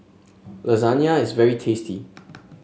lasagna is very tasty